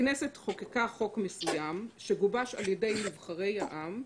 הכנסת חוקקה חוק מסוים שגובש על ישי נבחרי העם,